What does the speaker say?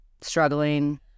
struggling